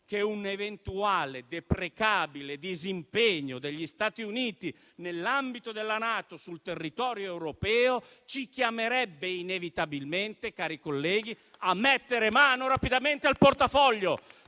che un'eventuale deprecabile disimpegno degli Stati Uniti nell'ambito della NATO sul territorio europeo ci chiamerebbe inevitabilmente, cari colleghi, a mettere mano rapidamente al portafoglio,